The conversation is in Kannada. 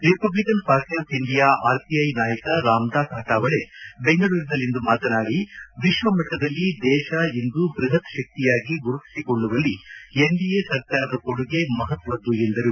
Republican party of India R PI ನಾಯಕ ರಾಮ್ ದಾಸ್ ಅಟಾವಳೆ ಬೆಂಗಳೂರಿನಲ್ಲಿಂದು ಮಾತನಾಡಿ ವಿಶ್ವ ಮಟ್ಟದಲ್ಲಿ ದೇಶ ಇಂದು ಬೃಹತ್ ಶಕ್ತಿಯಾಗಿ ಗುರುತಿಸಿಕೊಳ್ಳುವಲ್ಲಿ ಎನ್ ಡಿಎ ಸರ್ಕಾರದ ಕೊಡುಗೆ ಮಹತ್ವದು ಎಂದರು